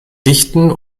dichten